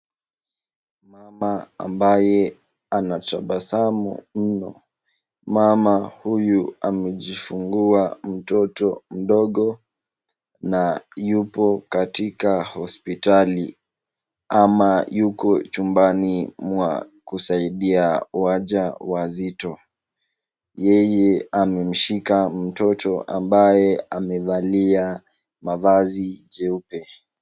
Mama ambaye anatabasamu mno. Mama huyu amejifungua mtoto mdogo na yupo katika hospitali ama yuko chumbani mwa kusaidia wajawazito. Yeye amemshika mtoto ambaye amevalia mavazi jeupe.